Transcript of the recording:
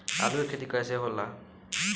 आलू के खेती कैसे होला?